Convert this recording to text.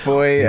Boy